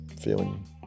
feeling